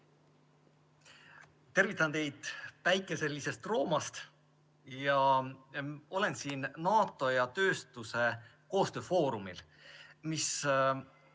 Tervitan teid päikeselisest Roomast. Olen siin NATO ja tööstuse koostöö foorumil, mis